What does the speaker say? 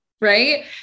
right